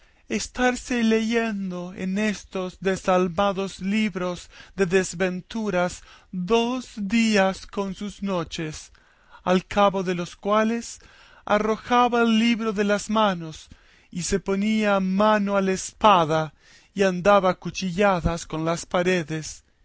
estarse leyendo en estos desalmados libros de desventuras dos días con sus noches al cabo de los cuales arrojaba el libro de las manos y ponía mano a la espada y andaba a cuchilladas con las paredes